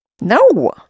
No